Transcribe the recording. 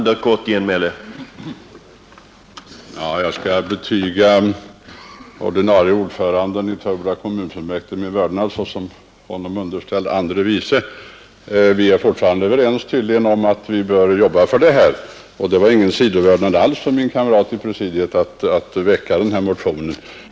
Herr talman! Jag skall betyga ordföranden i Töreboda kommunfullmäktige min vördnad såsom dess andre vice ordförande. Vi är tydligen fortfarande överens om att vi bör arbeta för denna sak, Göta kanals utbyggnad. Det var ingen sidovördnad för min kamrat i presidiet som gjorde att jag väckte denna motion.